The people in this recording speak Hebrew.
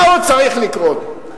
מה עוד צריך לקרות?